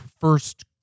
first